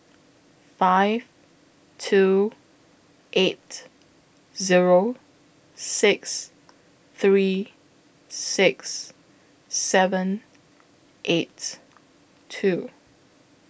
five two eight Zero six three six seven eight two